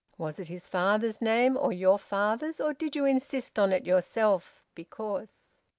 was it his father's name, or your father's, or did you insist on it yourself, because?